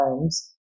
times